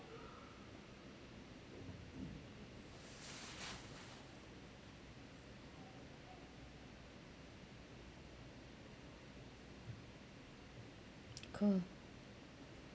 cool